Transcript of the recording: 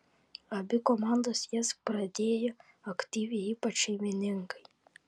abi komandos jas pradėjo aktyviai ypač šeimininkai